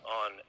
on